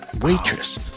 Waitress